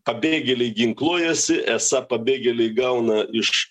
pabėgėliai ginkluojasi esą pabėgėliai gauna iš